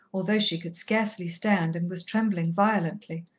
although she could scarcely stand, and was trembling violently.